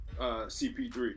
CP3